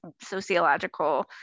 sociological